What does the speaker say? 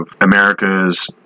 america's